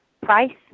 price